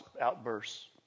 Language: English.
outbursts